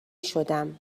شدم